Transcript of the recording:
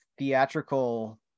theatrical